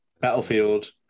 Battlefield